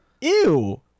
ew